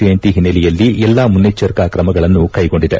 ಜಯಂತಿ ಹಿನ್ನೆಲೆಯಲ್ಲಿ ಎಲ್ಲಾ ಮುನ್ನೆಚ್ಚರಿಕಾ ಕ್ರಮಗಳನ್ನು ಕೈಗೊಂಡಿದೆ